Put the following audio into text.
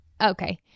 Okay